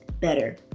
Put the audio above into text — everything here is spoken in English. better